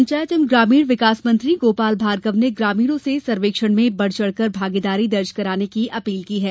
पंचायत एवं ग्रामीण विकास मंत्री गोपाल भार्गव ने ग्रामीणों से सर्वेक्षण में बढ़ चढ़कर भागीदारी दर्ज कराने की अपील की है